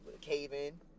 cave-in